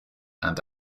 and